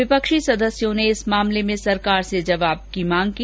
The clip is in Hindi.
विपक्षी सदस्यों ने इस मामले में सरकार से जवाब की मांग की